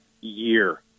year